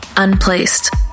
Unplaced